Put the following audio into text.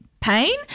pain